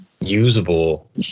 usable